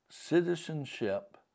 Citizenship